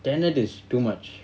tenet is too much